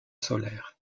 solaire